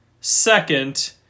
second